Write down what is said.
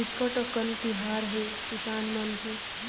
बिकट अकन तिहार हे किसान मन के